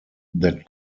that